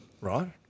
right